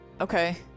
Okay